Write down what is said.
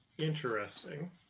interesting